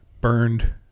burned